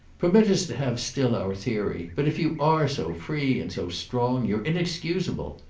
permit us to have still our theory. but if you are so free and so strong you're inexcusable.